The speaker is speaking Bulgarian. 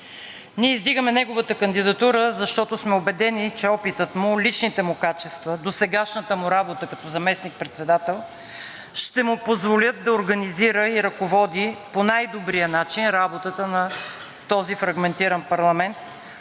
Ние издигаме неговата кандидатура, защото сме убедени, че опитът му, личните му качества, досегашната му работа като заместник-председател ще му позволят да организира и ръководи по най-добрия начин работата на този фрагментиран парламент,